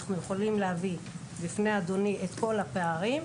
ומשאנחנו יכולים להביא בפני אדוני את כל הפערים,